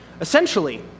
Essentially